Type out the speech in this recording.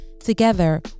Together